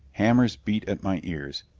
hammers beat at my ears.